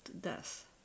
death